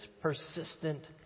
persistent